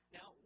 Now